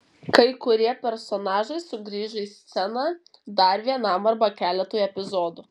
kai kurie personažai sugrįžo į sceną dar vienam arba keletui epizodų